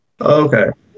Okay